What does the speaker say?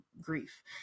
grief